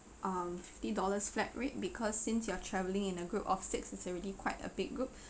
um fifty dollars flat rate because since you are travelling in a group of six it's already quite a big group